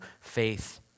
faith